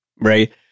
right